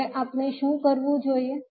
હવે આપણે શું કરવું જોઈએ